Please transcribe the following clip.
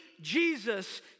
Jesus